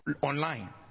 online